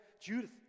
Judith